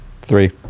Three